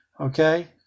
Okay